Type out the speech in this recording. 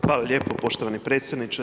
Hvala lijepo poštovani predsjedniče.